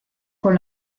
con